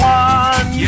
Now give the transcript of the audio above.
one